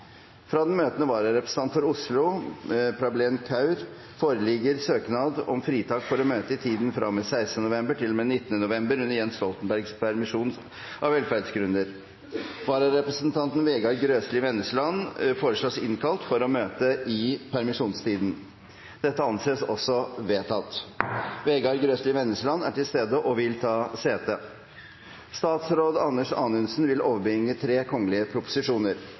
Fra den møtende vararepresentant for Oslo, Prableen Kaur, foreligger søknad om fritak fra å møte i tiden fra og med 16. november til og med 19. november, under Jens Stoltenbergs permisjon, av velferdsgrunner. Vararepresentanten, Vegard Grøslie Wennesland, foreslås innkalt for å møte i permisjonstiden. – Det anses vedtatt. Vegard Grøslie Wennesland er til stede og vil ta sete.